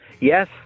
Yes